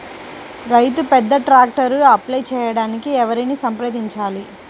రైతు పెద్ద ట్రాక్టర్కు అప్లై చేయడానికి ఎవరిని సంప్రదించాలి?